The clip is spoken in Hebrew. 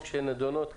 שנידונות כרגע?